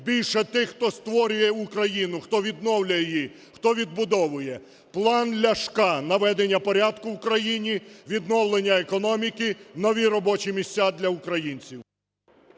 більше тих, хто створює Україну, хто відновлює її, хто відбудовує. План Ляшка: наведення порядку в країні, відновлення економіки, нові робочі місця для українців.